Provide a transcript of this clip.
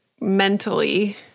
mentally